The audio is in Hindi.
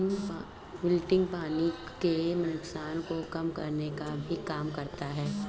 विल्टिंग पानी के नुकसान को कम करने का भी काम करता है